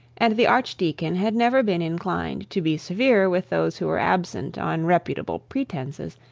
and the archdeacon had never been inclined to be severe with those who were absent on reputable pretences,